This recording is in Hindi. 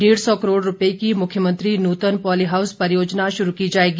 डेढ़ सौ करोड़ रुपये की मुख्यमंत्री नूतन पॉलीहाउस परियोजना शुरू की जाएगी